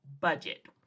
budget